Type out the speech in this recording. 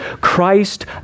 Christ